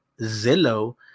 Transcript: Zillow